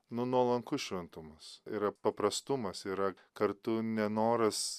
nu nuolankus šventumas yra paprastumas yra kartu nenoras